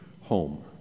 home